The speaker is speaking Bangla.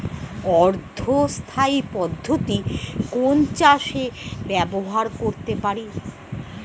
অর্ধ স্থায়ী পদ্ধতি কোন চাষে ব্যবহার করতে পারি?